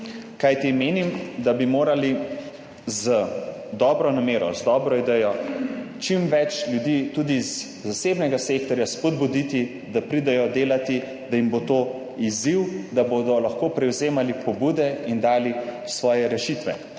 kajti menim, da bi morali z dobro namero, z dobro idejo, čim več ljudi, tudi iz zasebnega sektorja spodbuditi, da pridejo delati, da jim bo to izziv, da bodo lahko prevzemali pobude in dali svoje rešitve.